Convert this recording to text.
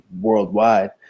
worldwide